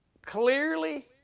Clearly